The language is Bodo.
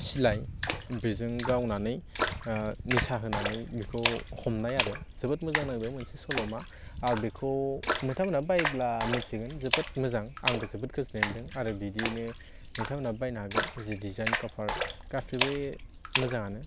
सिलाय बेजों गावनानै निसा होनानै बेखौ हमनाय आरो जोबोर मोजां नांदों मोनसे सल'मा आरो बिखौ नोंथांमोनहा बायोब्ला मिथिगोन जोबोद मोजां आंबो जोबोद गोजोन्नाय मोन्दों बिदिनो नोंथांमोनहाबो बायनो हागोन जि डिजाइन कभार गासैबो मोजाङानो